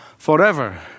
forever